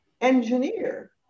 engineer